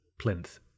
plinth